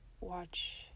watch